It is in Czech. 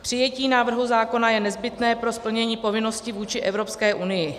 Přijetí návrhu zákona je nezbytné pro splnění povinnosti vůči Evropské unii.